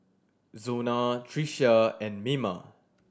Zona Tricia and Mima